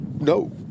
No